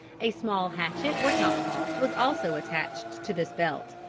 a small hatchet or tomahawk was also attached to this belt.